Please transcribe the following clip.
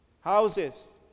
houses